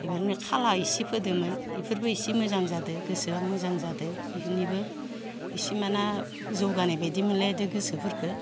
एबारनो खाला एसे फोदोमोन एफोरबो इसे मोजां जादो गोसोआ मोजां जादो इफोरनिबो इसिमाना जौगानाय बायदि मोनलायदो गोसोफोरखो